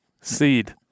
SEED